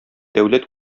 дәүләт